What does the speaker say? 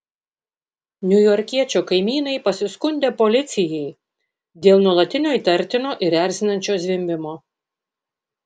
niujorkiečio kaimynai pasiskundė policijai dėl nuolatinio įtartino ir erzinančio zvimbimo